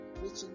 Reaching